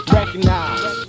Recognize